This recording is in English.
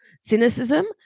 cynicism